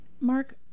Mark